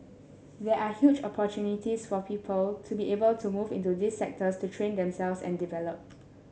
there are huge opportunities for people to be able to move into these sectors to train themselves and develop